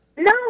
No